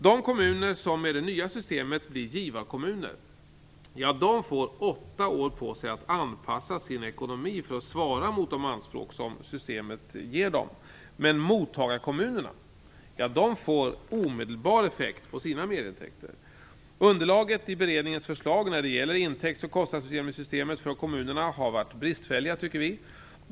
De kommuner som med det nya systemet blir givarkommuner får åtta år på sig för att anpassa sin ekonomi för att svara mot de anspråk som systemet ålägger dem, men mottagarkommunerna får omedelbar effekt på sina merintäkter. Vi tycker att underlaget i beredningens förslag när det gäller intäkts och kostnadsutjämningssystemet för kommunerna har varit bristfälligt.